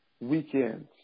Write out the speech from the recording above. weekends